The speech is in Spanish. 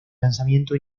lanzamiento